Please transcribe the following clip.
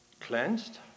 Cleansed